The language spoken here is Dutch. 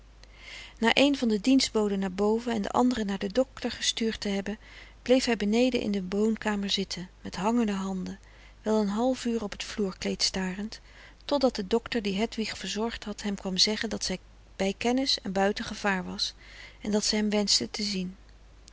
na een van de dienstboden naar boven en de andere naar den docter gestuurd te hebben bleef hij beneden in de woonkamer zitten met hangende handen wel een half uur op het vloerkleed starend totdat de docter die hedwig verzorgd had hem kwam zeggen dat ze bij kennis en buiten gevaar was en dat ze hem wenschte te zien